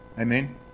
Amen